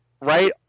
right